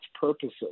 purposes